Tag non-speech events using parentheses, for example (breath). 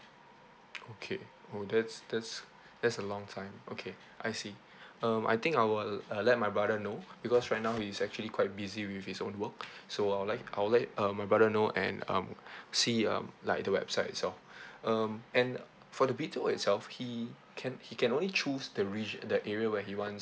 okay oh that's that's that's a long time okay I see um I think I will uh let my brother know because right now he's actually quite busy with his own work (breath) so I will like I will let uh my brother know and um see um like the website itself (breath) um and for the B_T_O itself he can he can only choose the reg~ the area where he wants